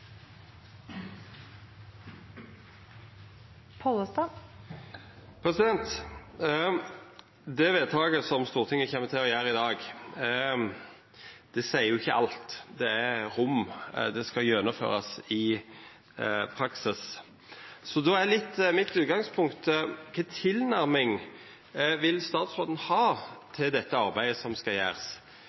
Det vedtaket som Stortinget kjem til å gjera i dag, seier jo ikkje alt. Det er rom – det skal gjennomførast i praksis. Då er utgangspunktet mitt: Kva for tilnærming vil statsråden ha til dette arbeidet som skal gjerast?